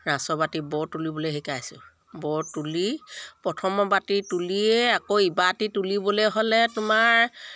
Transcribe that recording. ৰাছ বাতি বৰ তুলিবলৈ শিকাইছোঁ বৰ তুলি প্ৰথমৰ বাতি তুলিয়ে আকৌ ইবাতি তুলিবলৈ হ'লে তোমাৰ